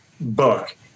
book